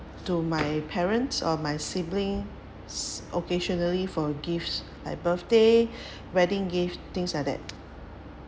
to my parents or my sibling occasionally for gifts like birthday wedding gift things like that